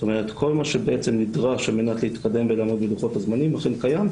זאת אומרת כל מה שנדרש על מנת להתקדם ולעמוד בלוחות הזמנים אכן קיים,